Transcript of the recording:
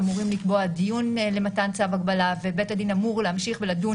אמורים לקבוע דיון למתן צו הגבלה ובית הדין אמור להמשיך ולדון